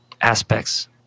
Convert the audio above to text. aspects